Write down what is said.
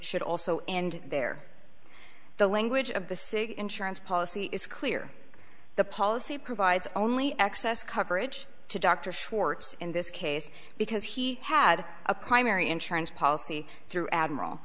should also end there the language of the sick insurance policy is clear the policy provides only excess coverage to dr schwartz in this case because he had a primary insurance policy through admiral